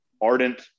ardent